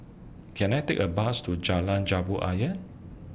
Can I Take A Bus to Jalan Jambu Ayer